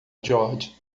george